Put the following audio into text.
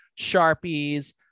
Sharpies